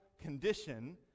condition